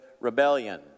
rebellion